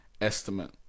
estimate